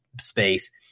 space